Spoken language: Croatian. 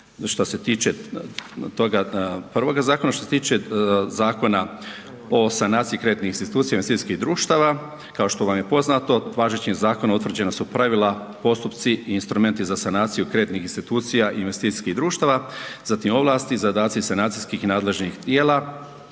što se tiče toga prvoga zakona, što se tiče Zakona o sanaciji kreditnih institucija i investicijskih društava, kao što vam je poznato, važećim zakonom utvrđena su pravila, postupci i instrumenti za sanaciju kreditnih institucija i investicijskih društava, zatim ovlasti, zadaci sanacijskih nadležnih tijela